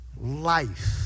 life